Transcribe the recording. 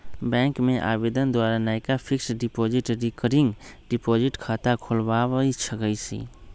bank में आवेदन द्वारा नयका फिक्स्ड डिपॉजिट, रिकरिंग डिपॉजिट खता खोलबा सकइ छी